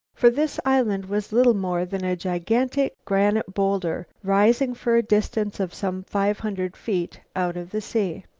for this island was little more than a gigantic granite bowlder rising for a distance of some five hundred feet out of the sea.